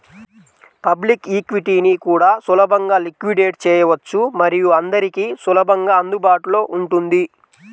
public ఈక్విటీని కూడా సులభంగా లిక్విడేట్ చేయవచ్చు మరియు అందరికీ సులభంగా అందుబాటులో ఉంటుంది